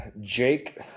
Jake